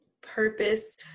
Purpose